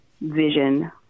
vision